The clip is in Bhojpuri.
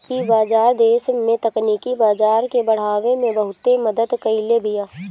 इ बाजार देस में तकनीकी बाजार के बढ़ावे में बहुते मदद कईले बिया